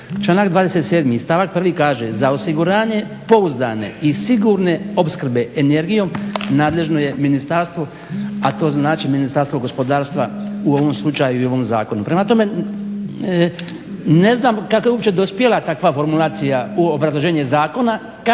Članak 27.stavak 1. kaže: "Za osiguranje pouzdane i sigurne opskrbe energijom nadležno je ministarstvo", a to znači Ministarstvo gospodarstva u ovom slučaju i u ovom zakonu. Prema tome, ne znam kako je uopće dospjela takva formulacija u obrazloženje zakona